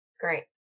Great